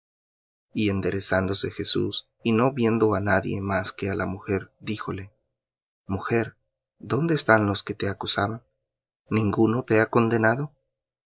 y enderezándose jesús y no viendo á nadie más que á la mujer díjole mujer dónde están los que te acusaban ninguno te ha condenado